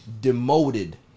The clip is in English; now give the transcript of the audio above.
demoted